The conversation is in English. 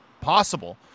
possible